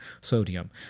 sodium